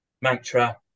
mantra